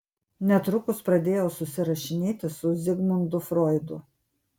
netrukus pradėjau susirašinėti su zigmundu froidu